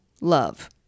love